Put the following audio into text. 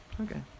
Okay